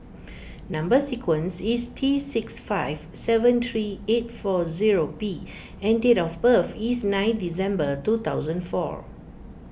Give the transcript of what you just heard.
Number Sequence is T six five seven three eight four zero P and date of birth is nine December two thousand four